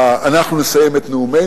אנחנו נסיים את נאומינו.